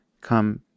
come